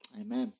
Amen